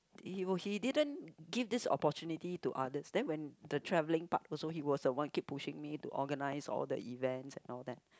he will he didn't give this opportunity to others then when the travelling part also he was the one keep pushing me to organise all the events and all that